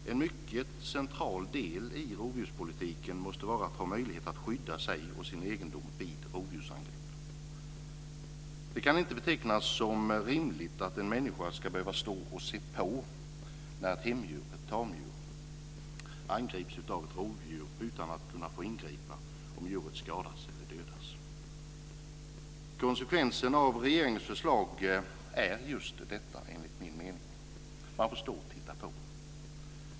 En mycket central del i rovdjurspolitiken måste vara att man ska ha möjlighet att skydda sig och sin egendom vid rovdjursangrepp. Det kan inte betecknas som rimligt att en människa ska behöva stå och se på när ett tamdjur angrips av ett rovdjur utan att få ingripa om tamdjuret skadas eller dödas. Konsekvensen av regeringens förslag är just denna enligt min mening: man får stå och titta på.